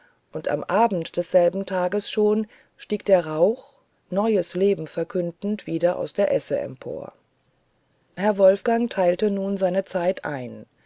und am abende desselben tages schon stieg der rauch neues leben verkündend wieder aus der esse empor herr wolfgang teilte nun seine zeit ein